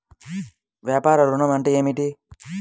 వ్యాపార ఋణం అంటే ఏమిటి?